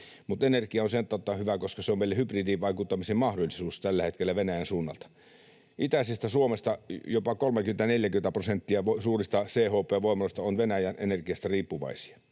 Mutta energia on sen tautta hyvä, koska se on meille hybridivaikuttamisen mahdollisuus tällä hetkellä Venäjän suunnalta. Itäisessä Suomessa jopa 30—40 prosenttia suurista CHP-voimaloista on Venäjän energiasta riippuvaisia,